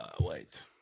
Wait